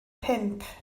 pump